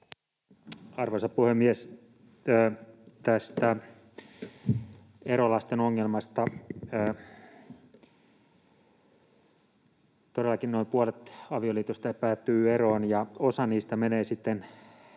Arvoisa puhemies! Erolasten ongelmasta: Todellakin noin puolet avioliitoista päättyy eroon, ja osa niistä menee sitten